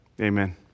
amen